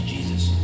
Jesus